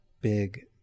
big